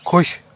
ਖੁਸ਼